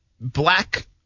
black